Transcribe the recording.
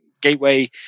gateway